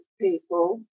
people